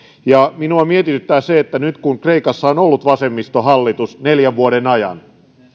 minua mietityttää se että nyt kun kreikassa on ollut vasemmistohallitus neljän vuoden ajan